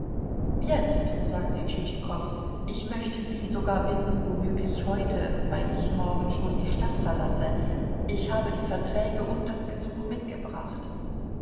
jetzt sagte tschitschikow ich möchte sie sogar bitten womöglich heute weil ich morgen schon die stadt verlasse ich habe die verträge und das gesuch mitgebracht